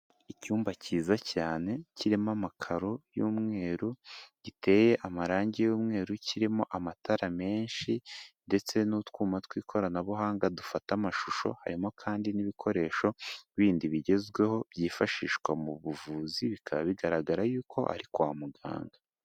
Icyumba cyiza cyane kirimo amakaro y'umweru giteye amarangi y'umweru, kirimo amatara menshi ndetse n'utwuma tw'ikoranabuhanga dufata amashusho, harimo kandi n'ibikoresho bindi bigezweho byifashishwa mu buvuzi bikaba bigaragara yuko ari kwa muganga.